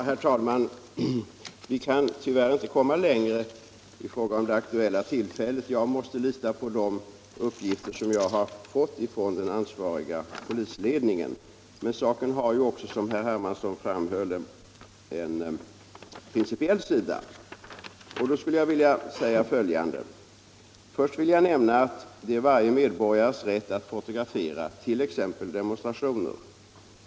Herr talman! Vi kan tyvärr inte komma längre beträffande det aktuella fallet. Jag måste lita på de uppgifter jag har fått från den ansvariga polisledningen. Men saken har också, som herr Hermansson framhöll, en principiell sida, och beträffande den skulle jag vilja säga följande. Först vill jag nämna att det är varje medborgares rätt att fotografera t.ex. demonstrationer.